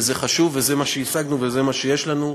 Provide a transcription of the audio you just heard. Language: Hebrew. וזה חשוב, וזה מה שהשגנו וזה מה שיש לנו.